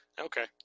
okay